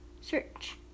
Search